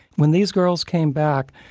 when these girls came back,